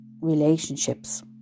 relationships